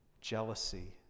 jealousy